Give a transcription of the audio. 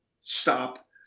stop